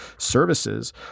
services